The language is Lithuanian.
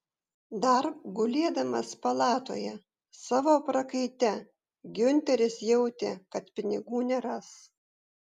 dar gulėdamas palatoje savo prakaite giunteris jautė kad pinigų neras